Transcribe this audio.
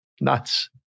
nuts